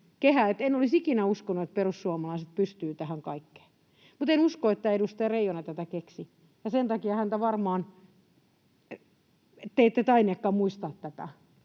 en olisi ikinä uskonut, että perussuomalaiset pystyvät tähän kaikkeen. Mutta en usko, että edustaja Reijonen tätä keksi, ja sen takia häntä varmaan... Te ette tainneetkaan muistaa tätä,